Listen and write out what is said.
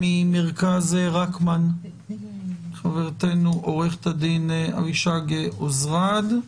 ממרכז רקמן, חברתנו, עורכת הדין אבישג עוזרד.